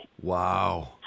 Wow